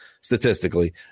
statistically